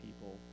people